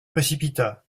précipita